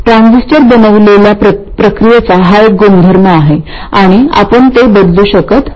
transistor बनविलेल्या प्रक्रियेचा हा एक गुणधर्म आहे आणि आपण ते बदलू शकत नाही